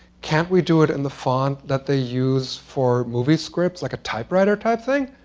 can't we do it in the font that they use for movie scripts? like, a typewriter type thing?